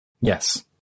Yes